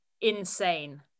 insane